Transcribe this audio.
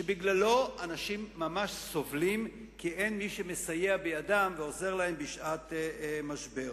שבגללו אנשים ממש סובלים כי אין מי שמסייע בידם ועוזר להם בשעת משבר.